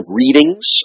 readings